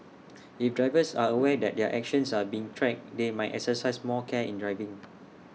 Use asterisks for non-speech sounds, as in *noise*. *noise* if drivers are aware that their actions are being tracked they might exercise more care in driving